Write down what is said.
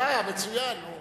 אה, מצוין, נו.